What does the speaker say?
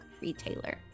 retailer